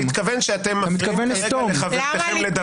אני מתכוון שאתם מפריעים כרגע לחברתכם לדבר.